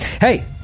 Hey